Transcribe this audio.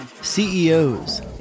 CEOs